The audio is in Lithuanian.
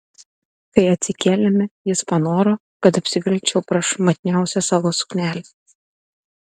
kai atsikėlėme jis panoro kad apsivilkčiau prašmatniausią savo suknelę